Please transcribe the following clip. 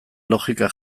logika